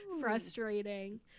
frustrating